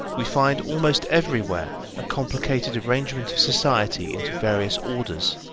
we find almost everywhere a complicated arrangement of society into various orders,